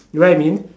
you know what I mean